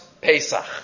Pesach